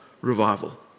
revival